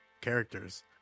characters